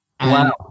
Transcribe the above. Wow